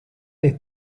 les